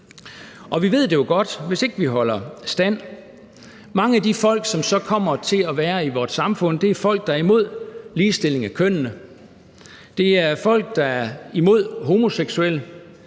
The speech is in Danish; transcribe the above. Og vi ved det jo godt, hvis ikke vi holder stand: Mange af de folk, som så kommer til at være i vores samfund, er folk, der er imod ligestilling af kønnene, det er folk, der er imod homoseksuelle,